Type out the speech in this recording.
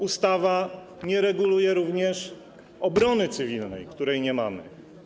Ustawa nie reguluje również obrony cywilnej, której nie mamy.